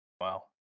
Wow